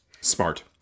...smart